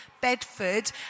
Bedford